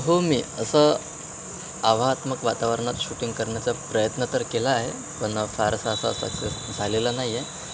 हो मी असं आव्हात्मक वातावरणात शूटिंग करण्याचा प्रयत्न तर केला आहे पण फार असा असा सक्सेस झालेला नाही आहे